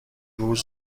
روز